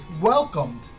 welcomed